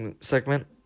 segment